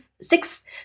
six